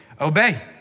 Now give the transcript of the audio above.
Obey